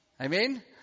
Amen